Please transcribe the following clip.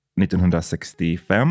1965